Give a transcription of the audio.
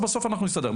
בסוף אנחנו נסתדר.